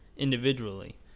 individually